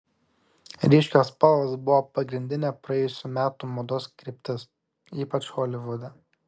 ryškios spalvos buvo pagrindinė praėjusių metų mados kryptis ypač holivude